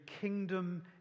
kingdom